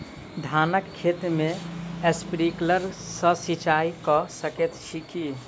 धानक खेत मे स्प्रिंकलर सँ सिंचाईं कऽ सकैत छी की?